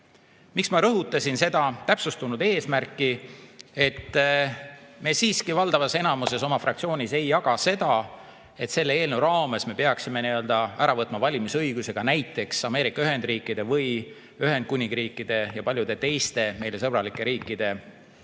Miks ma rõhutan seda täpsustunud eesmärki? Me siiski valdavas enamuses oma fraktsioonis ei jaga [seisukohta], et selle eelnõu raames peaksime ära võtma valimisõiguse ka näiteks Ameerika Ühendriikide või Ühendkuningriigi ja paljude teiste meie suhtes sõbralike riikide